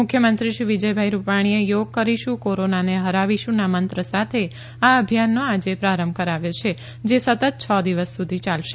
મુખ્યમંત્રી શ્રી વિજયભાઇ રૂપાણીએ યોગ કરીશું કોરોનાને હરાવીશુંના મંત્ર સાથે આ અભિયાનનો આજે પ્રારંભ કરાવ્યો છે જે સતત છ દિવસ સુધી ચાલશે